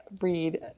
read